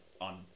on –